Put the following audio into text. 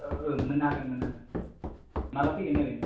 ओ मोननो हागोन मोननो हागोन माब्ला फैगोन ओरैनो